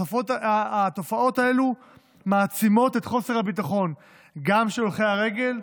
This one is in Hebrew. התופעות האלו מעצימות גם את חוסר הביטחון של הולכי הרגל,